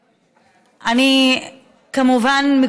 כמובן,